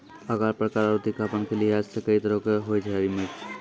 आकार, प्रकार आरो तीखापन के लिहाज सॅ कई तरह के होय छै हरी मिर्च